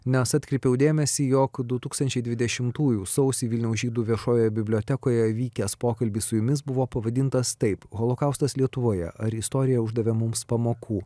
nes atkreipiau dėmesį jog du tūkstančiai dvidešimtųjų sausį vilniaus žydų viešojoje bibliotekoje vykęs pokalbis su jumis buvo pavadintas taip holokaustas lietuvoje ar istorija uždavė mums pamokų